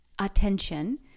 attention